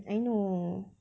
I know